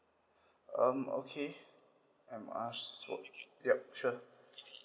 um okay M_R code yup sure